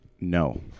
No